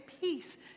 peace